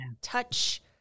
touch